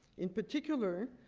in particular,